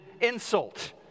insult